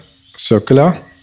circular